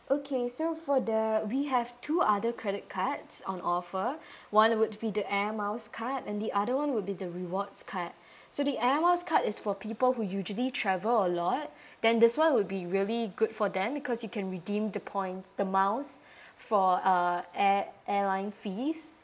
okay so for the we have two other credit cards on offer one would be the airmiles card and the other one would be the rewards card so the airmiles card is for people who usually travel a lot then this one would be really good for them because you can redeem the points the miles for uh air air airline fees